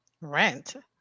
Rent